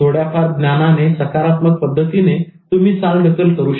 थोड्याफार ज्ञानाने सकारात्मक पद्धतीने तुम्ही चालढकल करू शकता